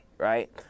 Right